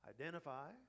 Identify